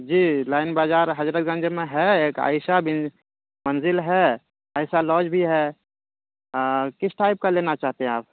جی line Bazaar Hazratganj میں ہے ایک عائشہ بھی منزل ہے عائشہ لاج بھی ہے کس ٹائپ کا لینا چاہتے ہیں آپ